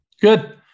Good